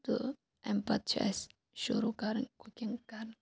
تہٕ امہِ پتہٕ چھِ اسہِ شُروع کَرٕنۍ کُکِنٛگ کَرٕنۍ